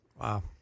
Wow